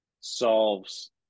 solves